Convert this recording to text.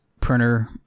printer